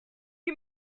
you